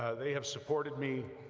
they have supported me